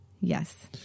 yes